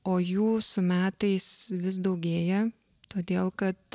o jų su metais vis daugėja todėl kad